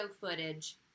footage